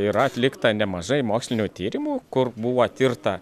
yra atlikta nemažai mokslinių tyrimų kur buvo tirta